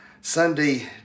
Sunday